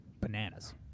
bananas